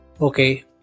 Okay